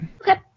Okay